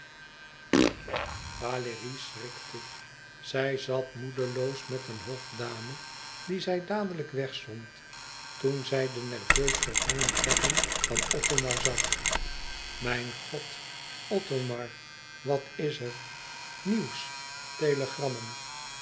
valérie schrikte zij zat moedeloos met eene hofdame die zij dadelijk wegzond toen zij de nerveus verwrongen trekken van othomar zag mijn god othomar wat is er nieuws